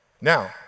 Now